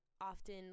often